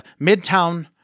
Midtown